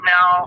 Now